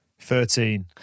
Thirteen